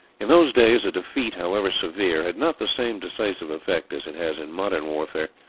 in those days a defeat, however severe, had not the same decisive effect as it has in modern warfare.